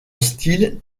style